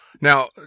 Now